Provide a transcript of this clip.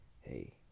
Hey